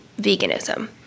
veganism